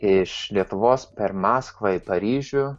iš lietuvos per maskvą į paryžių